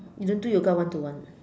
you don't do yoga one to one